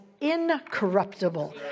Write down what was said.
incorruptible